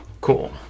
Cool